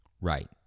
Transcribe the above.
Right